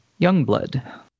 Youngblood